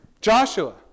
Joshua